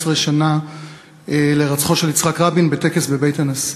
שנה להירצחו של יצחק רבין בטקס בבית הנשיא.